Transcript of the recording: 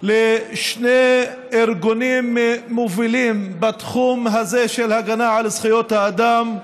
לשני ארגונים מובילים בתחום הזה של הגנה על זכויות האדם: